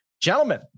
Gentlemen